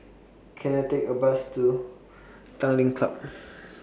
Can I Take A Bus to Tanglin Club